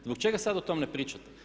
Zbog čega sad o tom ne pričate?